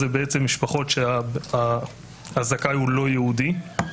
שזה משפחות שהזכאי הוא לא יהודי,